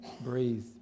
Breathe